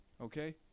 okay